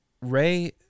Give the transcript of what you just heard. Ray